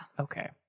Okay